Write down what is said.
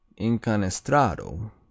Incanestrado